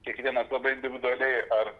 kiekvienas labai individualiai ar